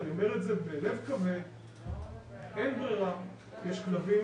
אני אומר את זה בלב כבד, אין ברירה, יש כלבים